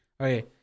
Okay